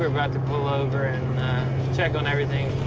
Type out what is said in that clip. we're about to pull over and check on everything.